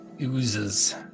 oozes